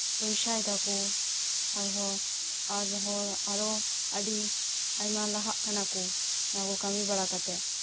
ᱯᱚᱭᱥᱟᱭ ᱫᱟᱠᱚ ᱟᱨᱦᱚᱸ ᱟᱨᱦᱚᱸ ᱟᱨᱚ ᱟᱹᱰᱤ ᱟᱭᱢᱟ ᱞᱟᱦᱟᱜ ᱠᱟᱱᱟ ᱠᱚ ᱚᱱᱟᱠᱚ ᱠᱟᱹᱢᱤ ᱵᱟᱲᱟ ᱠᱟᱛᱮᱫ